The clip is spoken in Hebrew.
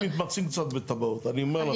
אנחנו מתמצאים קצת בתב"עות, אני אומר לך.